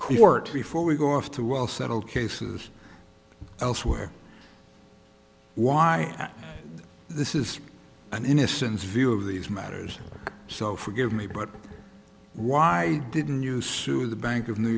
to before we go off to well settled cases elsewhere why this is an innocent view of these matters so forgive me but why didn't you sue the bank of new